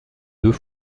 deux